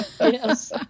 yes